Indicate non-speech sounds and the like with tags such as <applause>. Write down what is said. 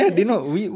<laughs>